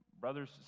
brothers